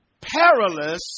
perilous